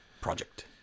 Project